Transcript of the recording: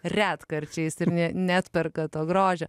retkarčiais ir nė neatperka to grožio